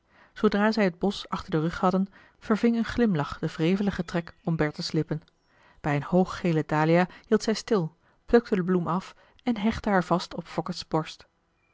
zoodra zij het bosch achter den rug hadden verving een glimlach den wreveligen trek om bertha's lippen bij een hooggele dalia hield zij stil plukte de bloem af en hechtte haar vast op fokke's borst